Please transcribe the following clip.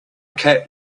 cat